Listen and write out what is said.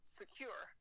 secure